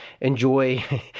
enjoy